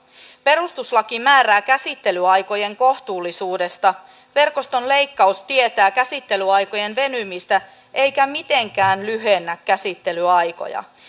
perustuslaki määrää käsittelyaikojen kohtuullisuudesta verkoston leikkaus tietää käsittelyaikojen venymistä eikä mitenkään lyhennä käsittelyaikoja